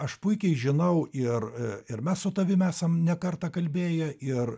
aš puikiai žinau ir ir mes su tavim esam ne kartą kalbėję ir